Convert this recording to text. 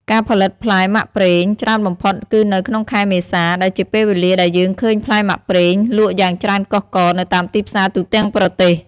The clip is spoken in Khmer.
ការផលិតផ្លែមាក់ប្រាងច្រើនបំផុតគឺនៅក្នុងខែមេសា ដែលជាពេលវេលាដែលយើងឃើញផ្លែមាក់ប្រាងលក់យ៉ាងច្រើនកុះករនៅតាមទីផ្សារទូទាំងប្រទេស។